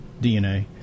dna